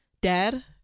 Dad